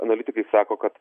analitikai sako kad